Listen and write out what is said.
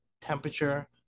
temperature